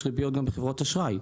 יש ריביות בחברות האשראי,